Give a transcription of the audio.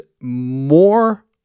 more